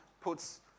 puts